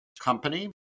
company